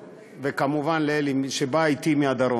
וכמובן לאלי, שבא אתי מהדרום.